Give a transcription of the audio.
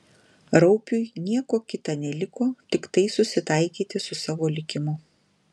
raupiui nieko kita neliko tiktai susitaikyti su savo likimu